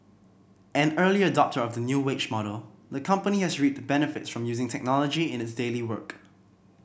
an early adopter of the new wage model the company has reaped benefits from using technology in its daily work